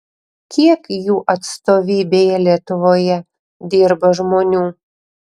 kiek jų atstovybėje lietuvoje dirba žmonių